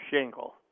shingle